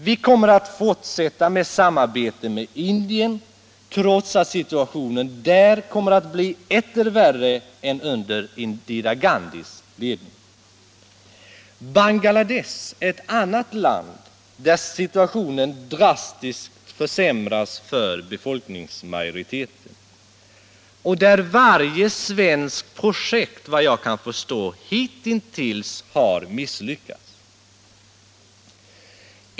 Vi kommer att fortsätta samarbetet med Indien, trots att situationen där kommer att bli etter värre än under Indira Gandhis ledning. Bangladesh är ett annat land där situationen drastiskt försämras för befolkningsmajoriteten och där varje svenskt projekt efter vad jag kan förstå misslyckas.